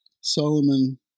Solomon